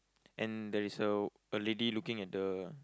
and there is a a lady looking at the